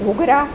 ઘુઘરા